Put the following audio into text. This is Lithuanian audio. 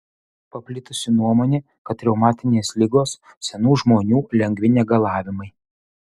paplitusi nuomonė kad reumatinės ligos senų žmonių lengvi negalavimai